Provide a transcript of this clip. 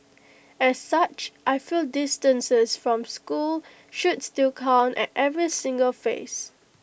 as such I feel distances from school should still count at every single phase